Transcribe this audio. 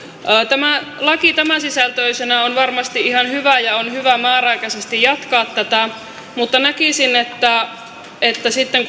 tämä laki tämänsisältöisenä on varmasti ihan hyvä ja on hyvä määräaikaisesti jatkaa tätä mutta näkisin että sitten